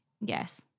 Yes